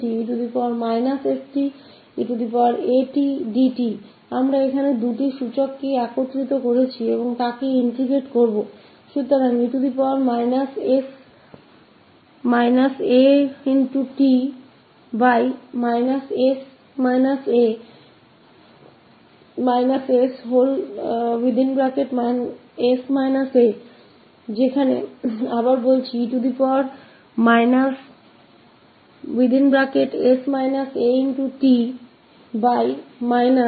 तो हमारे पास 𝑒𝑎𝑡 का लाप्लास है 0𝑒−𝑠𝑡𝑒𝑎𝑡𝑑𝑡 तो यह 0𝑒−𝑠𝑡𝑒𝑎𝑡𝑑t हमने दोनों को जोड़ दिए है दो एक्सपोनेंट्स और यह होगा और अब यह इंटेग्रटे किआ जा सकता है